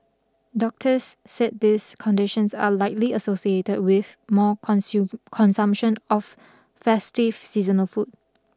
doctors said these conditions are likely associated with more consume consumption of festive seasonal food